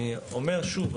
אני אומר שוב,